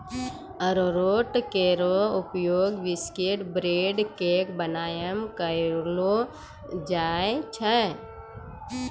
अरारोट केरो उपयोग biscuit, bread, cake बनाय म कयलो जाय छै